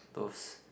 those